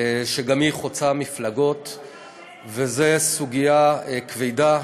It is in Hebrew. שגם היא חוצה מפלגות וזו סוגיה כבדה,